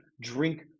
drink